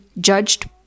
judged